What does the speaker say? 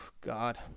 God